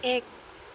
এক